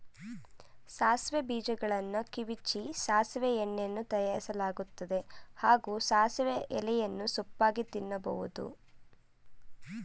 ಸಾಸಿವೆ ಬೀಜಗಳನ್ನು ಕಿವುಚಿ ಸಾಸಿವೆ ಎಣ್ಣೆಯನ್ನೂ ತಯಾರಿಸಲಾಗ್ತದೆ ಹಾಗೂ ಸಾಸಿವೆ ಎಲೆಯನ್ನು ಸೊಪ್ಪಾಗಿ ತಿನ್ಬೋದು